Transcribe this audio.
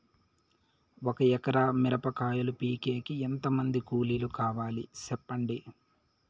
ఒక ఎకరా మిరప కాయలు పీకేకి ఎంత మంది కూలీలు కావాలి? సెప్పండి?